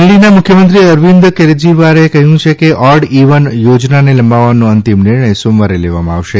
દિલ્હીના મુખ્યમંત્રીશ્રી અરવિંદ કેજરીવાલે કહ્યું છે કે ઓડ ઇવન યોજનાને લંબાવવાનો અંતિમ નિર્ણય સોમવારે લેવામાં આવશે